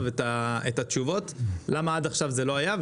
את התשובות למה עד עכשיו זה לא היה.